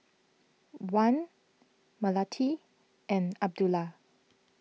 Wan Melati and Abdullah